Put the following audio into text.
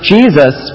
Jesus